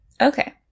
Okay